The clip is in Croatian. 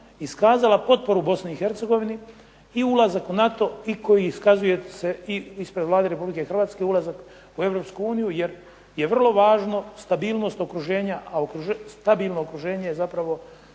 iskazala potporu Bosni i Hercegovini, i ulazak u NATO i koji iskazuje se ispred Vlade Republike Hrvatske ulazak u Europsku uniju jer je vrlo važno stabilnost okruženja, a stabilno okruženje je zapravo